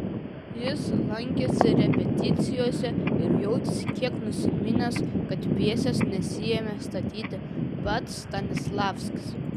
jis lankėsi repeticijose ir jautėsi kiek nusiminęs kad pjesės nesiėmė statyti pats stanislavskis